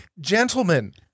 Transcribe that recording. Gentlemen